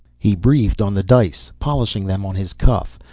he breathed on the dice, polished them on his cuff,